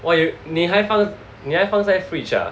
!wah! you 你还你还放在 fridge ah